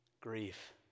grief